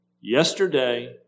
yesterday